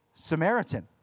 Samaritan